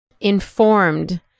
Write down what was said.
informed